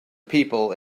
people